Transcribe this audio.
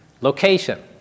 Location